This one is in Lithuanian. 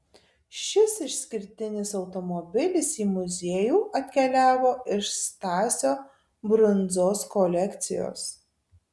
šis išskirtinis automobilis į muziejų atkeliavo iš stasio brundzos kolekcijos